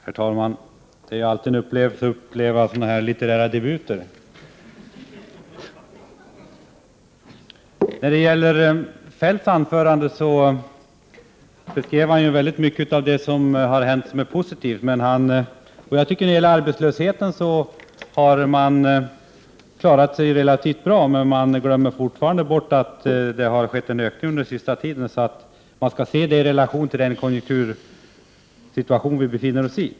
Herr talman! Det är alltid en upplevelse att få vara med om litterära debuter. Kjell-Olof Feldt beskrev i sitt anförande mycket av det positiva som har hänt. I vad gäller arbetslösheten har man klarat sig relativt bra, men man glömmer fortfarande bort att det har skett en ökning under den senaste tiden. Man skall se det i relation till den konjunktursituation som vi befinner oss i.